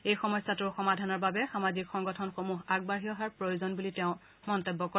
এই সমস্যাটোৰ সমাধানৰ বাবে সামাজিক সংগঠনসমূহ আগবাঢ়ি অহাৰ প্ৰয়োজন বুলি তেওঁ মন্তব্য কৰে